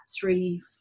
three